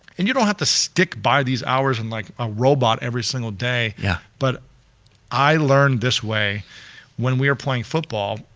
and you don't have to stick by these hours, and like a robot every single day. yeah but i learned this way when we were playing football,